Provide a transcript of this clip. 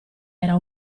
era